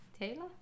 Taylor